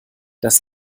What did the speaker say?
dass